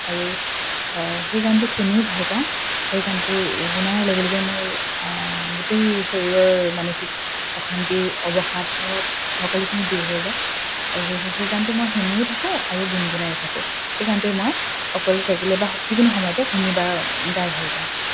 আৰু সেই গানটো শুনিও ভালপাওঁ সেই গানটো শুনাৰ লগে লগে মোৰ গোটেই শৰীৰৰ মানসিক অশান্তিৰ অৱসাদ চব সকলোখিনি দূৰ হৈ যায় আৰু সেই সেই গানটো মই শুনিও থাকোঁ আৰু গুণগুণায়ো থাকোঁ সেই গানটোৱে মই অকলে থাকিলে বা যিকোনো সময়তে শুনি বা গাই ভালপাওঁ